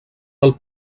del